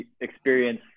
experience